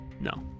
No